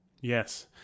yes